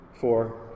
four